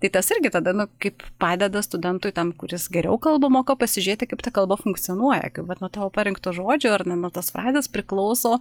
tai tas irgi tada nu kaip padeda studentui tam kuris geriau kalba moko pasižiūrėti kaip ta kalba funkcionuoja kaip vat nuo tavo parinkto žodžio ar n nuo tos frazės priklauso